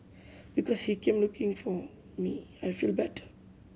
because he came looking for me I feel better